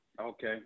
Okay